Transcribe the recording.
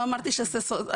לא אמרתי שזה סותר.